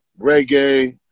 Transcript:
reggae